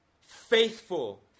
faithful